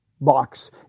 box